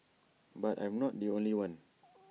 but I'm not the only one